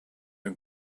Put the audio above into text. ein